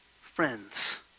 friends